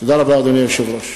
תודה רבה, אדוני היושב-ראש.